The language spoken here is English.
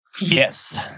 Yes